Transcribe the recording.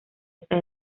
esa